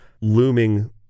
looming